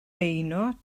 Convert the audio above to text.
beuno